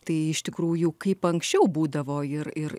tai iš tikrųjų kaip anksčiau būdavo ir ir